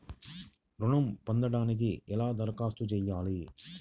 ఋణం పొందటానికి ఎలా దరఖాస్తు చేయాలి?